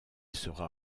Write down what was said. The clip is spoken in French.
sera